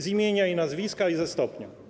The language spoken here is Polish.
Z imienia, z nazwiska i ze stopnia.